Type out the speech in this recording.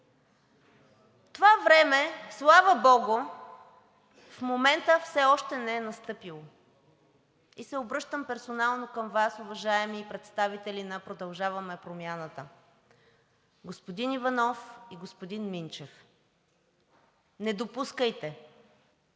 Това време, слава богу, в момента все още не е настъпило. И се обръщам персонално към Вас, уважаеми представители на „Продължаваме Промяната“, господин Иванов и господин Минчев: не допускайте